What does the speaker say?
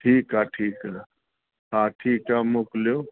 ठीकु आहे ठीकु आहे हा ठीकु आहे मोकिलियो